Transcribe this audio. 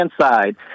side